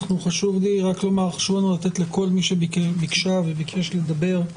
חשוב לי רק לומר שחשוב לנו לתת לכל מי שביקשה וביקש לדבר,